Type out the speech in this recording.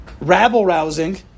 rabble-rousing